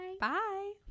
bye